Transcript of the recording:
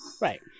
Right